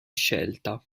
scelta